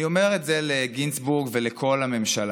אני אומר את זה לגינזבורג ולכל הממשלה,